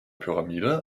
pyramide